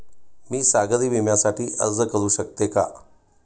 मी सागरी विम्यासाठी अर्ज करू शकते का?